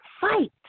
fight